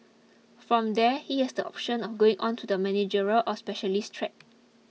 from there he has the option of going on to the managerial or specialist track